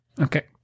Okay